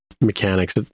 mechanics